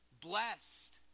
blessed